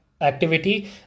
activity